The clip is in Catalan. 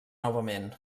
novament